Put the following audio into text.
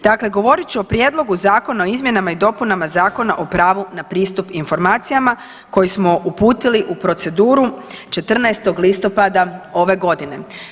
Dakle, govorit ću o Prijedlogu zakona o izmjenama i dopunama Zakona o pravu na pristup informacijama koji smo uputili u proceduru 14. listopada ove godine.